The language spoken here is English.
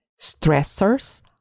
stressors